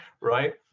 right